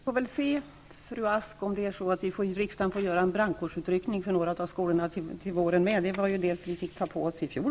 Fru talman! Vi får väl se, fru Ask, om riksdagen måste göra en brandkårsutryckning till våren för några av skolorna. Det var det riksdagen fick göra i fjol.